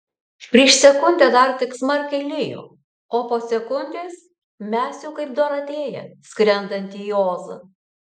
prieš sekundę dar tik smarkiai lijo o po sekundės mes jau kaip dorotėja skrendanti į ozą